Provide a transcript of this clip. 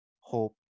hope